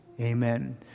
Amen